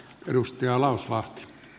arvoisa puhemies